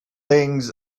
things